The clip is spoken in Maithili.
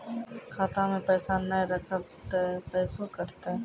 खाता मे पैसा ने रखब ते पैसों कटते?